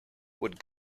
would